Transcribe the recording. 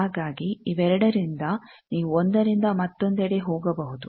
ಹಾಗಾಗಿ ಇವೆರಡರಿಂದ ನೀವು ಒಂದರಿಂದ ಮತ್ತೊಂದೆಡೆ ಹೋಗಬಹುದು